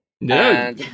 No